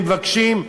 מבקשים.